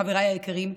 חבריי היקרים,